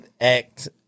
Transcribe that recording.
act